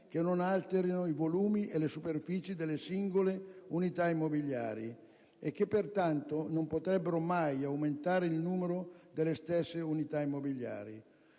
che non alterino i volumi e le superfici delle singole unità immobiliari e che pertanto non potrebbero mai aumentare il numero delle stesse unità immobiliari.